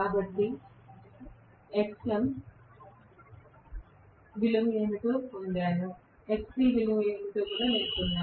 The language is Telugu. కాబట్టి నేను Xm విలువ ఏమిటో పొందాను Xc యొక్క విలువ ఏమిటో కూడా నేను పొందాను